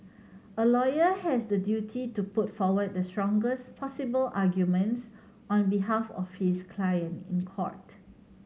a lawyer has the duty to put forward the strongest possible arguments on behalf of his client in court